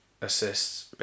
assists